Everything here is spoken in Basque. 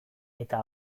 eta